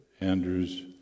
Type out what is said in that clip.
Andrew's